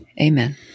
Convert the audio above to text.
Amen